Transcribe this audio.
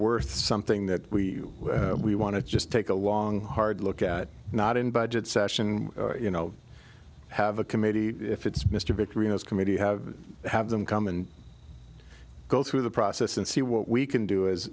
worth something that we we want to just take a long hard look at not in budget session you know have a committee if it's mr victoria's committee have have them come and go through the process and see what we can do as